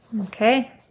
Okay